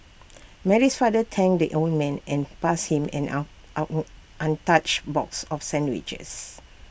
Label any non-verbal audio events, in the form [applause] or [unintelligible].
Mary's father thanked the old man and passed him an on [unintelligible] untouched box of sandwiches